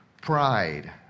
Pride